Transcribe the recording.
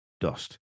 Dust